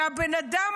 התנגד,